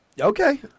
Okay